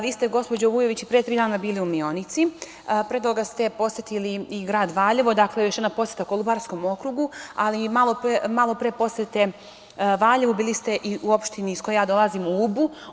Vi ste, gospođo Vujović, pre tri dana bili u Mionici, a pre toga ste posetili i grad Valjevo, dakle, još jedna poseta Kolubarskom okrugu, ali malo pre posete Valjevu bili ste u opštini iz koje ja dolazim, u Ubu.